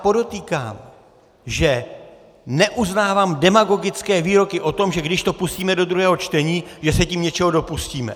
Podotýkám, že já neuznávám demagogické výroky o tom, že když to pustíme do druhého čtení, že se tím něčeho dopustíme.